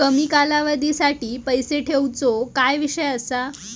कमी कालावधीसाठी पैसे ठेऊचो काय विषय असा?